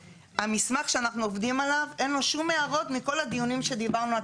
המסמך שאנחנו עובדים עליו אין לו שום הערות מכל הדיונים שדיברנו.